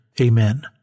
Amen